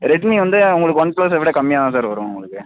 Redmi வந்து உங்களுக்கு ஒன் பிளஸ்ஸை விட கம்மியாக தான் சார் வரும் உங்களுக்கு